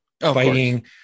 fighting